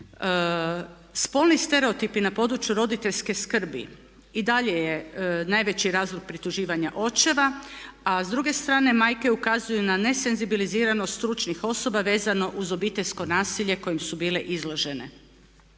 Spolni stereotipi na području roditeljske skrbi i dalje je najveći razlog prituživanja očeva a s druge strane majke ukazuju na ne senzibiliziranost stručnih osoba vezano uz obiteljsko nasilje kojem su bile izložene.